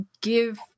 give